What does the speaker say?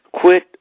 Quit